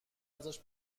ازش